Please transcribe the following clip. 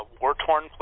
war-torn